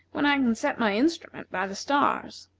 when i can set my instrument by the stars.